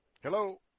Hello